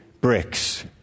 bricks